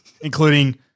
including